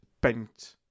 bent